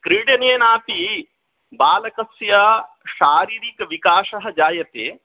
क्रीडनेनापि बालकस्य शारीरिकविकासः जायते